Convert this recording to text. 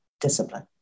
discipline